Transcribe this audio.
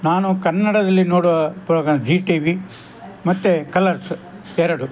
ನಾನು ಕನ್ನಡದಲ್ಲಿ ನೋಡುವ ಪ್ರೋಗ್ರಾಮ್ ಜೀ ಟಿ ವಿ ಮತ್ತು ಕಲರ್ಸ್ ಎರಡು